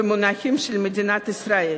במונחים של מדינת ישראל.